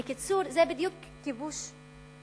בקיצור, זה בדיוק כיבוש.